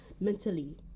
mentally